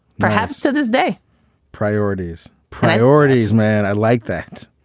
perhaps to this day priorities. priorities, man. i like that.